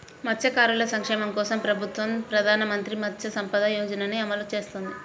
మత్స్యకారుల సంక్షేమం కోసం ప్రభుత్వం ప్రధాన మంత్రి మత్స్య సంపద యోజనని అమలు చేస్తోంది